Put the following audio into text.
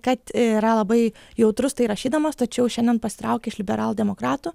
kad yra labai jautrus tai rašydamas tačiau šiandien pasitraukė iš liberaldemokratų